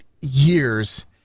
years